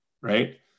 Right